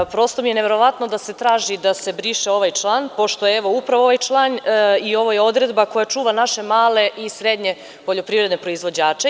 Prosto mi je neverovatno da se traži da se briše ovaj član, pošto upravo ovaj član i ova odredba čuva naše male i srednje poljoprivredne proizvođače.